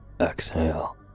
exhale